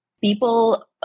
people